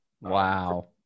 Wow